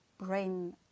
brain